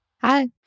Hi